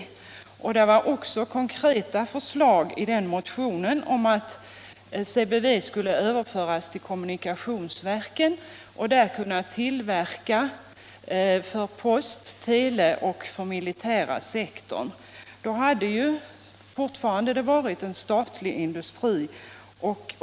Motionen innehöll också konkreta förslag om att CBV skulle överföras till kommunikationsverken och där kunna tillverka för postoch telesektorerna samt för den militära sektorn. I så fall hade det ju fortfarande varit en statlig tekoindustri.